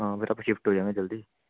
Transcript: ਹਾਂ ਫਿਰ ਆਪਾਂ ਸ਼ਿਫਟ ਹੋ ਜਾਂਗੇ ਜਲਦੀ